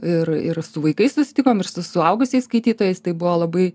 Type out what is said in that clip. ir ir su vaikais susitikom ir su suaugusiais skaitytojais tai buvo labai